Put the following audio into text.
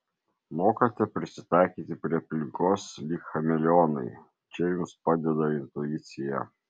mokate prisitaikyti prie aplinkos lyg chameleonai čia jums padeda intuicija